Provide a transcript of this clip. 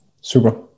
Super